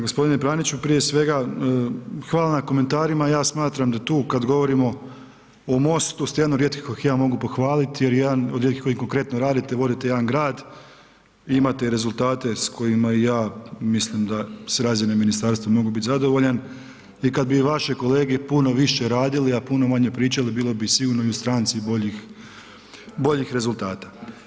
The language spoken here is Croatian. G. Praniću, prije svega hvala na komentarima, ja smatram da tu kad govorimo o MOST-u ste jedan od rijetkih kojih ja mogu pohvaliti i jedan od rijetkih koji konkretno radite, vodite jedan grad, imate rezultate s kojima ja mislim da s razine ministarstva mogu bit zadovoljan i kad bi vaše kolege puno više radili a puno manje pričali, bilo bi sigurno i u stranci boljih rezultata.